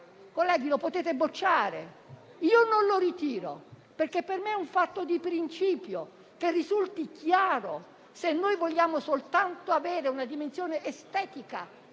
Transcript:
Colleghi, lo potete bocciare, ma non lo ritiro, perché per me è un fatto di principio: che risulti chiaro. Dobbiamo decidere se vogliamo soltanto avere una dimensione estetica